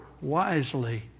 wisely